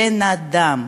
בן-אדם,